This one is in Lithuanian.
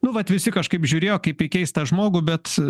nu vat visi kažkaip žiūrėjo kaip į keistą žmogų bet